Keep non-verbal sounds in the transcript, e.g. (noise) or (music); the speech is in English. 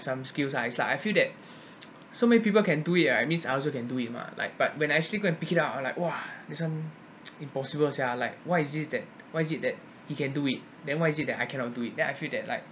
some skills lah it's like I feel that (breath) so many people can do it ah it means I also can do it mah like but when I actually go and pick it up I like !wah! this one (noise) impossible sia like why is it that why is it that you can do it then why is it that I cannot do it then I feel that like